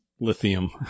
lithium